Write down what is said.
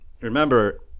remember